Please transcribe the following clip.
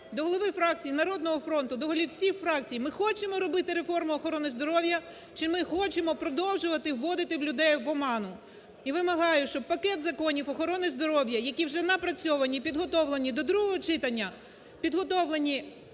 до голови фракції "Народного фронту", до голів всіх фракцій, ми хочемо робити реформу охорони здоров'я, чи ми хочемо продовжувати вводити людей в оману. І вимагаю, щоб пакет законів охорони здоров'я, які вже напрацьовані і підготовлені до другого читання, підготовлені